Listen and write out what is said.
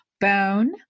Bone